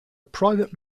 private